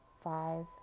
five